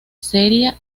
seria